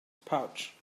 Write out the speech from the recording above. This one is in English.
pouch